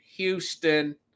Houston